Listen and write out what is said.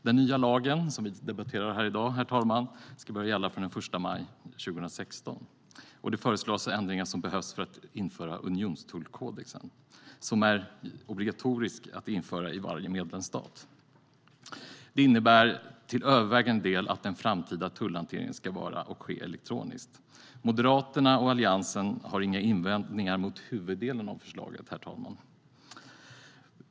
Den nya lagen som vi debatterar här i dag ska börja gälla från och med den 1 maj 2016, och det föreslås ändringar som behövs för att införa unionstullkodexen som är obligatorisk att införa i varje medlemsstat. Det innebär till övervägande del att den framtida tullhanteringen ska ske elektroniskt. Moderaterna och Alliansen har inga invändningar mot huvuddelen av förslaget.